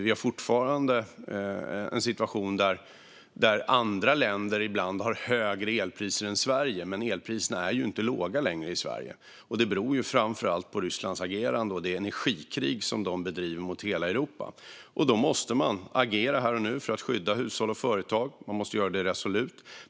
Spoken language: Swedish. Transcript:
Vi har fortfarande en situation där andra länder ibland har högre elpriser än Sverige. Elpriserna i Sverige är dock inte låga längre, vilket framför allt beror på Rysslands agerande och det energikrig som de bedriver mot hela Europa. Då måste man agera resolut här och nu för att skydda hushåll och företag.